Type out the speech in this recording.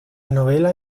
novela